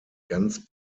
ganz